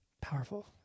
Powerful